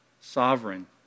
sovereign